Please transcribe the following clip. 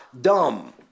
dumb